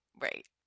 Right